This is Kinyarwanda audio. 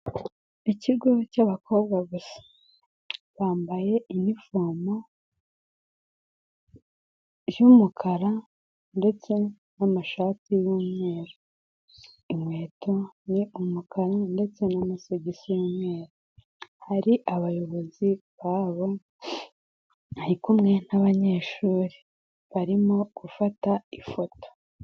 Ikigo cy'abakobwa gusa bambaye inifomo y'umukara ndetse n'amashati y'umweru. Inkweto ni umukara ndetse n'amasogisi y'umweru, hari abayobozi babo ari kumwe n'abanyeshuri barimo gufata ifoto.